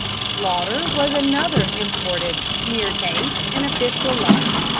sloughter was another imported smearkase in official life,